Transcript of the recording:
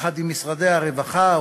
יחד עם משרדי הרווחה,